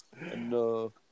No